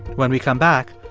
when we come back,